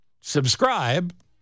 subscribe